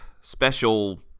special